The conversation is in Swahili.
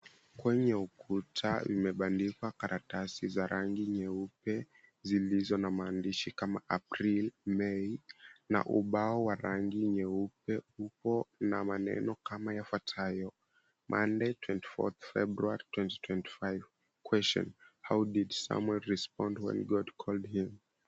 Kwenye ukutwa imebandikwa karatasi za rangi nyeupe zilizo na maandishi kama Aprili, Mei na ubao wa rangi nyeupe upo na maneno kama yafuatayo, "Monday, 24th February 2025. Question: How did did Samuel respond when God called him?"